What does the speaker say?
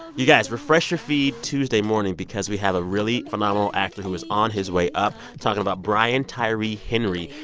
you guys, refresh your feed tuesday morning because we have a really phenomenal actor who is on his way up talking about brian tyree henry.